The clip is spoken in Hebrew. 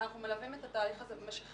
אנחנו מלווים את התהליך הזה במשך